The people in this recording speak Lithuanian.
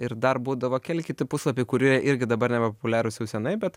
ir dar būdavo keli kiti puslapiai kurie irgi dabar nebepopuliarūs jau senai bet